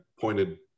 pointed